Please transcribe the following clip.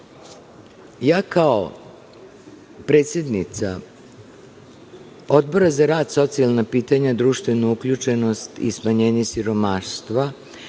predsednica Odbora za rad, socijalna pitanja, društvenu uključenost i smanjenje siromaštva,